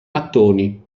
mattoni